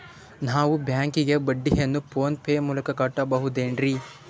ನಾವು ಬ್ಯಾಂಕಿಗೆ ಬಡ್ಡಿಯನ್ನು ಫೋನ್ ಪೇ ಮೂಲಕ ಕಟ್ಟಬಹುದೇನ್ರಿ?